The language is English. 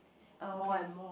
ah okay